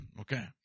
Okay